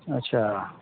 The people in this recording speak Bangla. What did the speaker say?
আচ্ছা